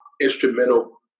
instrumental